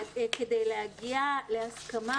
כדי להגיע להסכמה,